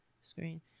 screen